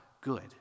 good